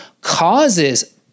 causes